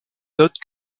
note